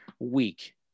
week